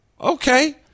okay